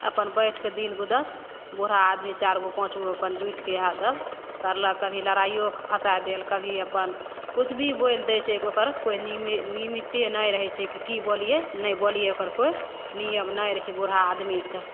अपन बैठिके दिन गुदस बूढ़ा आदमी चारि गो पाँच गो अपन जुटिके इएहसब करलक कभी लड़ाइओ फसै देल कभी अपन किछु भी बोलि दै छै ओकर कोइ लिमि लिमिटे नहि रहै छै कि कि बोलिए नहि बोलिए ओकर कोइ नियम नहि रहै छै बूढ़ा आदमीके